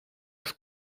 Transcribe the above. ist